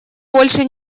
больше